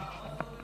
אחרון,